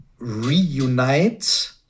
Reunite